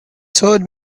told